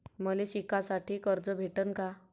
मले शिकासाठी कर्ज भेटन का?